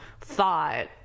thought